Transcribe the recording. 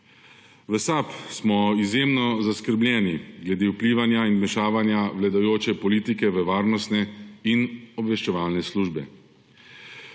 V SAB smo izredno zaskrbljeni glede vplivanja in vmešavanja v vladajoče politike v varnostne in obveščevalne službe.